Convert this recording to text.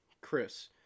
Chris